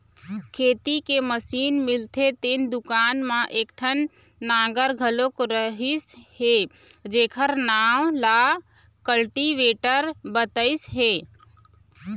खेती के मसीन मिलथे तेन दुकान म एकठन नांगर घलोक रहिस हे जेखर नांव ल कल्टीवेटर बतइस हे